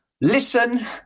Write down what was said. Listen